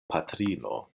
patrino